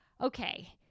Okay